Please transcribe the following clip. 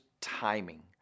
timing